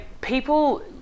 people